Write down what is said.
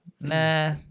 nah